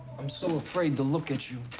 i'm so afraid to look at you.